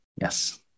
Yes